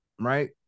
right